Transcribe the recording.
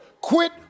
Quit